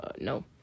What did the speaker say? no